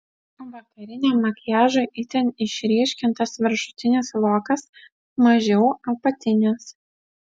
vakariniam makiažui itin išryškintas viršutinis vokas mažiau apatinis